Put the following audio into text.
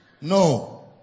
no